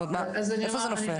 איפה זה נופל?